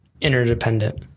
Interdependent